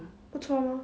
不错 mah